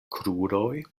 kruroj